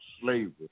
slavery